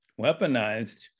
weaponized